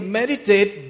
meditate